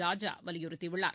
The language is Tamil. ராஜா வலியுறுத்தியுள்ளார்